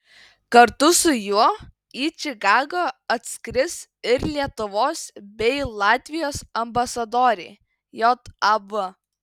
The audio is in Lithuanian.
kartu su juo į čikagą atskris ir lietuvos bei latvijos ambasadoriai jav